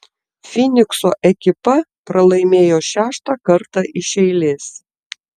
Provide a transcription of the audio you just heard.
fynikso ekipa pralaimėjo šeštą kartą iš eilės